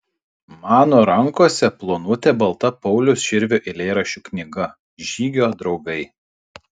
mano rankose plonutė balta pauliaus širvio eilėraščių knyga žygio draugai